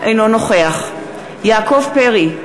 אינו נוכח יעקב פרי,